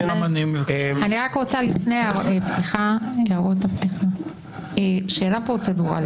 לפני הערות הפתיחה, שאלה פרוצדורלית.